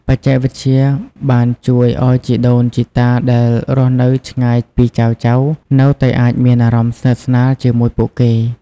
បច្ចេកវិទ្យបានជួយឱ្យជីដូនជីតាដែលរស់នៅឆ្ងាយពីចៅៗ នៅតែអាចមានអារម្មណ៍ស្និទ្ធស្នាលជាមួយពួកគេ។